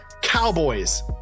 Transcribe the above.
Cowboys